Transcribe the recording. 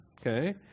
okay